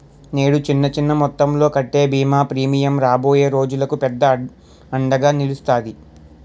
నేడు చిన్న చిన్న మొత్తంలో కట్టే బీమా ప్రీమియం రాబోయే రోజులకు పెద్ద అండగా నిలుస్తాది